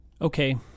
Okay